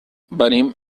venim